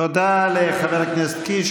תודה לחבר הכנסת קיש.